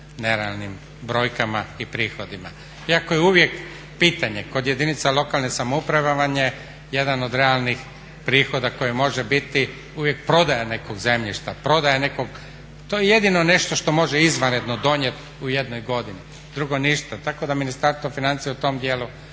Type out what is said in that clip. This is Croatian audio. nerealnim brojkama i prihodima. Iako je uvijek pitanje kod jedinica lokalne samouprave vam je jedan od realnih prihoda koji može biti uvijek prodaja nekog zemljišta, prodaja nekog, to je jedino nešto što može izvanredno donijeti u jednoj godini, drugo ništa. Tako da Ministarstvo financija u tom dijelu